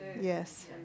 yes